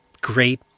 great